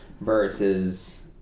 Versus